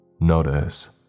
Notice